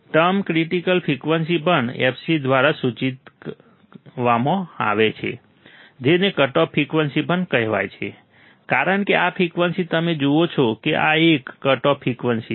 term critical frequency પણ fc દ્વારા સૂચવવામાં આવે છે જેને કટ ઓફ ફ્રિકવન્સી પણ કહેવાય છે કારણ કે આ ફ્રિકવન્સી તમે જુઓ છો કે આ એક કટ ઓફ ફ્રિકવન્સી છે